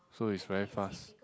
so it's very fast